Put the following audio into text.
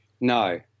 No